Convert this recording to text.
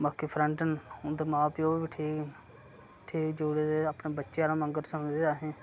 बाकी फ्रेंड न उं'दे मां प्यौ बी ठीक न ठीक जुड़े दे अपने बच्चें आह्ला आंह्गर समझदे असेंगी